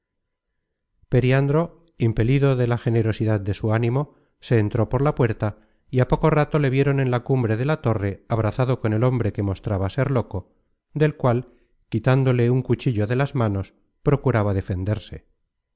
periandro impelido de la generosidad de su ánimo se entró por la puerta y a poco rato le vieron en la cumbre de la torre abrazado con el hombre que mostraba ser loco del cual quitándole un cuchillo de las manos procuraba defenderse